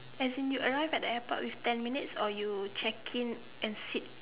as in you arrive in the airport with ten minutes or you check in and sit